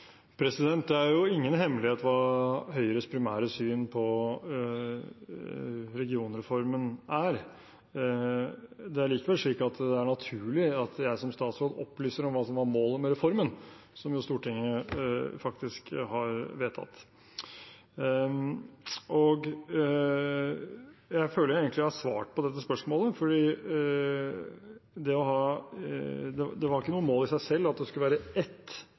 Det er ingen hemmelighet hva Høyres primære syn på regionreformen er. Det er likevel slik at det er naturlig at jeg som statsråd opplyser om hva som var målet med reformen, som Stortinget faktisk har vedtatt. Jeg føler egentlig at jeg har svart på dette spørsmålet, fordi det var ikke noe mål i seg selv at det skulle være ett